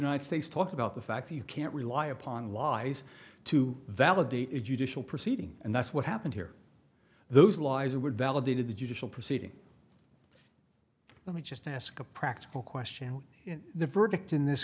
united states talk about the fact you can't rely upon lies to validate a judicial proceeding and that's what happened here those lies were validated the judicial proceeding let me just ask a practical question and the verdict in this